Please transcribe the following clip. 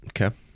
okay